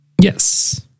yes